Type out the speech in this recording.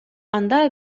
анда